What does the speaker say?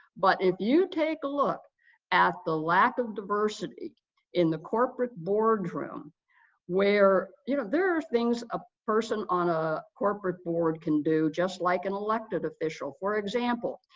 but if you take a look at the lack of diversity in the corporate boardroom where you know there are things a person on a corporate board can do just like an elected official, for example,